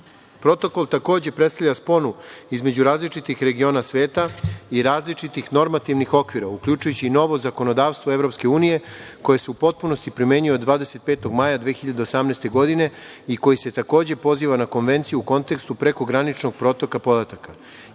podaci. Protokol takođe predstavlja sponu između različitih regiona sveta i različitih normativnih okvira, uključujući i novo zakonodavstvo EU, koje se u potpunosti primenjuje od 25. maja 2018. godine i koji se takođe poziva na konvenciju u kontekstu prekograničnog protoka podataka. Iz